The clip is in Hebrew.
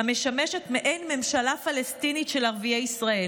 המשמשת מעין ממשלה פלסטינית של ערביי ישראל.